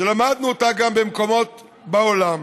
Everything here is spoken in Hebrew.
שלמדנו אותה גם ממקומות בעולם,